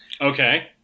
Okay